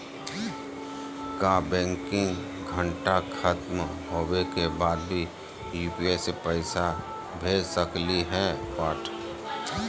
का बैंकिंग घंटा खत्म होवे के बाद भी यू.पी.आई से पैसा भेज सकली हे?